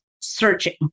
searching